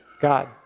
God